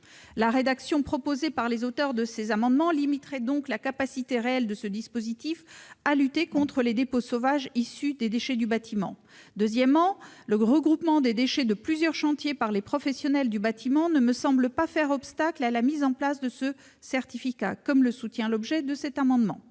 La rédaction proposée par les auteurs de ces amendements limiterait l'efficacité de ce dispositif en matière de lutte contre les dépôts sauvages de déchets issus du secteur du bâtiment. Deuxièmement, le regroupement des déchets de plusieurs chantiers par les professionnels du bâtiment ne me semble pas faire obstacle à la mise en place de ce certificat, comme le soutiennent les auteurs de ces amendements.